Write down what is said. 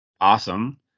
awesome